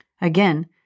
Again